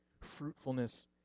fruitfulness